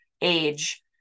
age